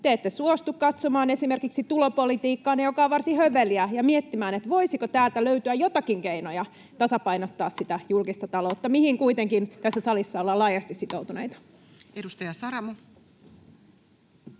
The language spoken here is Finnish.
te ette suostu katsomaan esimerkiksi tulopolitiikkaanne, joka on varsin höveliä, ja miettimään, voisiko täältä löytyä joitakin keinoja tasapainottaa sitä julkista taloutta, mihin kuitenkin tässä salissa ollaan laajasti sitoutuneita. [Speech